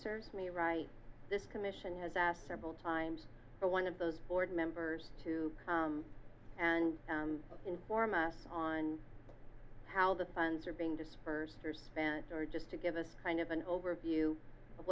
serves me right this commission has asked several times or one of those board members to and inform us on how the funds are being dispersed or spent or just to give us kind of an overview of